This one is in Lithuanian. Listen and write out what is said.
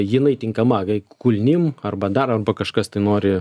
jinai tinkama veik kulnim arba darant kažkas tai nori